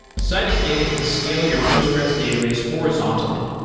citus data can scale your postgres database horizontally.